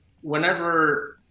whenever